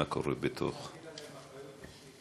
מה קורה בתוך, צריך להטיל עליהם אחריות אישית.